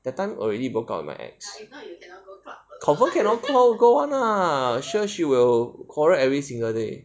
that time already broke up with my ex confirm cannot go [one] lah sure she will quarrel every single day